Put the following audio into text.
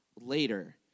later